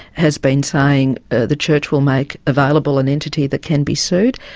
has been saying ah the church will make available an entity that can be sued.